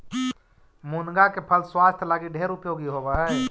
मुनगा के फल स्वास्थ्य लागी ढेर उपयोगी होब हई